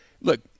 look